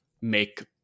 make